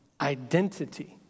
identity